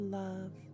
love